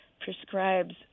prescribes